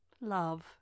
love